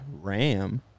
Ram